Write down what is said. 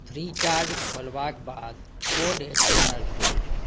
Freecharge खोलबाक बाद code scanner खोलू